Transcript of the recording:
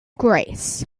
grace